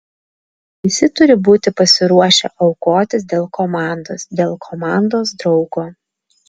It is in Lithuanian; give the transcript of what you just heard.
visi turi būti pasiruošę aukotis dėl komandos dėl komandos draugo